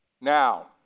Now